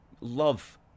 love